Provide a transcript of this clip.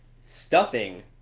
stuffing